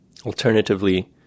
Alternatively